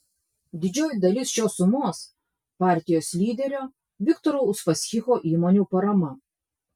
didžioji dalis šios sumos partijos lyderio viktoro uspaskicho įmonių parama